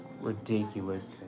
ridiculous